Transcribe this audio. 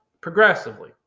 progressively